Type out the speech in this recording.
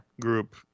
group